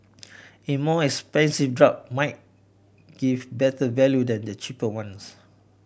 in more expensive drug might give better value than the cheaper ones